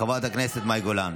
חברת הכנסת מאי גולן.